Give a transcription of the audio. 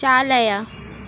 चालय